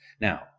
Now